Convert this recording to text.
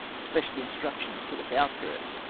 special instruc tions to look out for us.